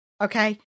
Okay